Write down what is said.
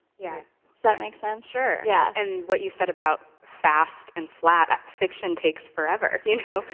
yeah does that make sense? sure, yeah and what you said about fast and flat, fiction takes forever, you know?